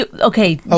okay